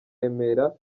remera